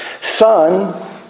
Son